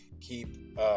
keep